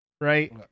right